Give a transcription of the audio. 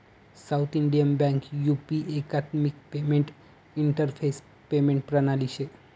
south Indian bank U P एकात्मिक payment interface payment प्रणाली शे